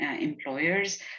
employers